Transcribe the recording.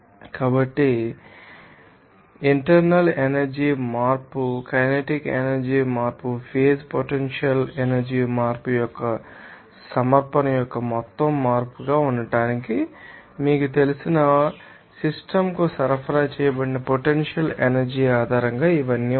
కాబట్టి internal energy మార్పుకైనెటిక్ energy మార్పు ఫేజ్ పొటెన్షియల్ ఎనర్జీ మార్పు యొక్క చూసే సమర్పణ యొక్క మొత్తం మార్పుగా ఉండటానికి మీకు తెలిసిన సిస్టమ్ కు సరఫరా చేయబడిన పొటెన్షియల్ ఎనర్జీ ఆధారంగా ఇవన్నీ వస్తాయి